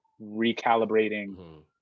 recalibrating